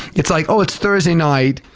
it's like, oh, it's thursday night,